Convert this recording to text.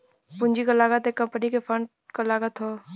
पूंजी क लागत एक कंपनी के फंड क लागत हौ